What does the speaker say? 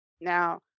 now